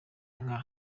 nka